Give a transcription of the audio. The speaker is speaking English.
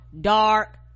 dark